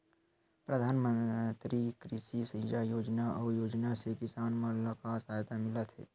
प्रधान मंतरी कृषि सिंचाई योजना अउ योजना से किसान मन ला का सहायता मिलत हे?